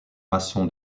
masson